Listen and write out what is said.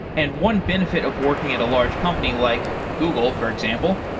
and one benefit of working at a large company like google for example,